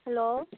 hello